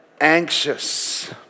anxious